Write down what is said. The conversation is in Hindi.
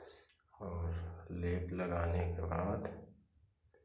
और लेप लगाने के बाद